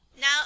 Now